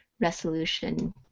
resolution